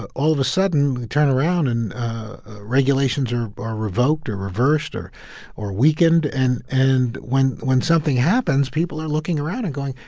ah all of a sudden, we turn around and regulations are revoked or reversed or or weakened. and and when when something happens, people are looking around and going,